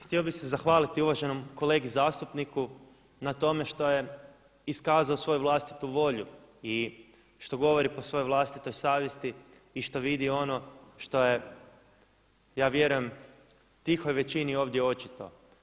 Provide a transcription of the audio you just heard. Htio bio se zahvaliti uvaženom kolegi zastupniku na tome što je iskazao svoju vlastitu volju i što govori po svojoj vlastitoj savjesti i što vidi ono što je ja vjerujem tihoj većini ovdje očito.